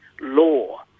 law